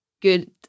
good